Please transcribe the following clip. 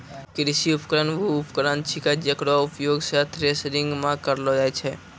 कृषि उपकरण वू उपकरण छिकै जेकरो उपयोग सें थ्रेसरिंग म करलो जाय छै